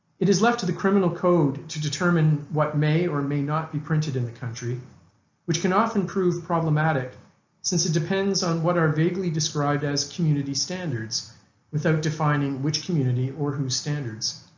it is left to the criminal code to determine what may or may not be printed in the country which can often prove problematic since it depends on what are vaguely described described as community standards without defining which community or whose standards.